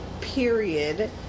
Period